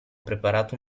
preparato